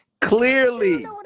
Clearly